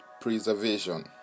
preservation